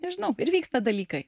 nežinau ir vyksta dalykai